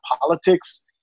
politics